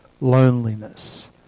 loneliness